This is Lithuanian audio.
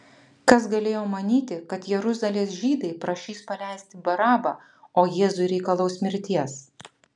kas galėjo manyti kad jeruzalės žydai prašys paleisti barabą o jėzui reikalaus mirties